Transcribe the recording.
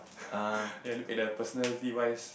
then I look at the personality wise